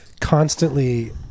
constantly